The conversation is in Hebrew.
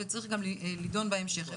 וצריך לידון בהמשך.